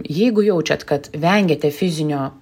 jeigu jaučiat kad vengiate fizinio